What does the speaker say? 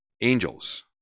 Angels